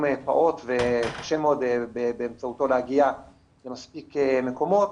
פעוט וקשה מאוד באמצעותו להגיע למספיק מקומות,